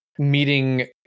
Meeting